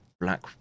black